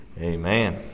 Amen